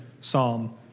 psalm